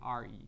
Re